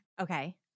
Okay